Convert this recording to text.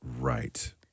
right